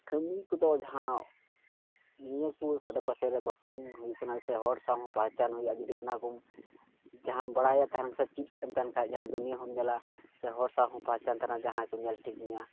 ᱠᱟᱹᱢᱤ ᱠᱚᱫᱚ ᱡᱟᱦᱟᱸ ᱱᱤᱭᱟᱹ ᱠᱚ ᱟᱰᱮᱯᱟᱥᱮ ᱨᱮ ᱵᱚᱠᱥᱤᱝ ᱦᱩᱭᱩᱜ ᱠᱟᱱᱟ ᱥᱮ ᱦᱚᱲ ᱥᱟᱶ ᱯᱮᱦᱪᱟᱱ ᱦᱩᱭᱩᱜᱼᱟ ᱚᱱᱟ ᱠᱚᱢ ᱡᱟᱦᱟᱸ ᱵᱟᱲᱟᱭ ᱛᱟᱦᱮᱱᱟ ᱥᱮ ᱪᱮᱫ ᱛᱟᱦᱮᱱ ᱠᱷᱟᱡ ᱡᱟᱦᱟᱸᱭ ᱫᱩᱱᱤᱭᱟᱹ ᱠᱚ ᱧᱮᱞᱟ ᱥᱮ ᱦᱚᱲ ᱥᱟᱶ ᱦᱚᱸ ᱯᱮᱦᱪᱟᱱ ᱛᱟᱦᱮᱱᱟ ᱡᱟᱦᱟᱸᱭ ᱠᱚ ᱧᱮᱞ ᱴᱷᱤᱠ ᱢᱮᱭᱟ